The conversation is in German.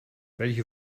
welche